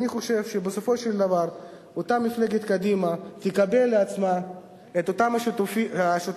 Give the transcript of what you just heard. אני חושב שבסופו של דבר אותה מפלגת קדימה תקבל לעצמה את אותם השותפים